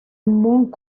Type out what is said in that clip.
monk